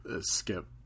skip